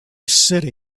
city